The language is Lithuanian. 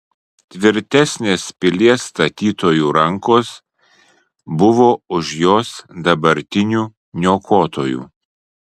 tvirtesnės pilies statytojų rankos buvo už jos dabartinių niokotojų